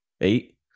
eight